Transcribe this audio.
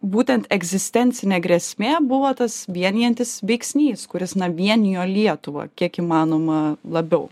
būtent egzistencinė grėsmė buvo tas vienijantis veiksnys kuris na vienijo lietuvą kiek įmanoma labiau